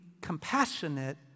compassionate